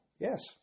Yes